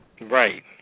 Right